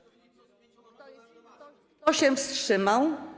Kto się wstrzymał?